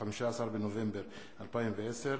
15 בנובמבר 2010,